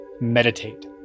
Meditate